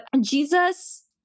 Jesus